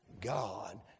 God